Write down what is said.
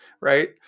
right